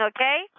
okay